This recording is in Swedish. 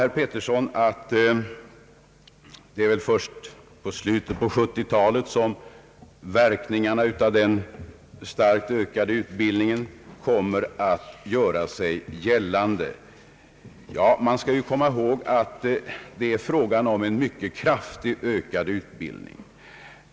Herr Erik Filip Petersson sade vidare, att verkningarna av den starkt ökade utbildningen kommer att göra sig gällande först i slutet av 1970-talet. Man får emellertid komma ihåg, att det är fråga om en mycket kraftigt ökad utbildning.